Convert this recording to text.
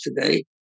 today